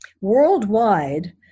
Worldwide